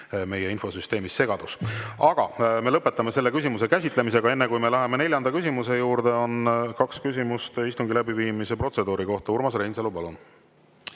meie infosüsteemis segadus. Me lõpetame selle küsimuse käsitlemise. Aga enne, kui me läheme neljanda küsimuse juurde, on kaks küsimust istungi läbiviimise protseduuri kohta. Urmas Reinsalu, palun!